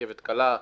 רכבת קלה,